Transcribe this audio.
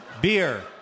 Beer